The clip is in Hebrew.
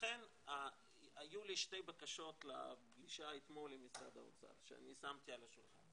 לכן היו לי שתי בקשות בפגישה אתמול עם משרד האוצר שאני שמתי על השולחן.